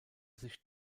sich